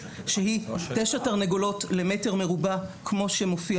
שהיא תשע תרנגולות למטר מרובע כמו שמופיע